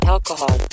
Alcohol